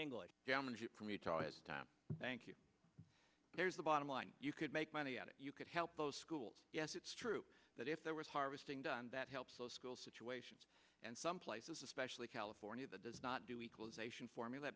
geology from utah has time thank you there's a bottom line you could make money out of you could help those schools yes it's true that if there was harvesting done that helps those school situations and some places especially california that does not do equalization formula